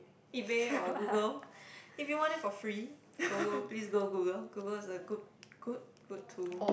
eBay or Google if you want it for free go please go Google Google is a good good good tool